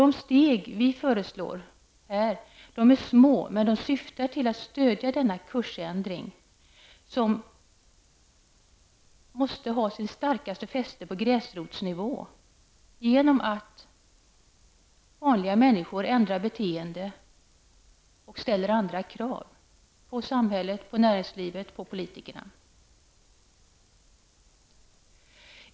De steg som vi föreslår är små men syftar till att stödja denna kursändring, som måste ha sitt starkaste fotfäste på gräsrotsnivå genom att vanliga människor ändrar beteende och ställer andra krav på samhället, på näringslivet och på politikerna.